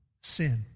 sin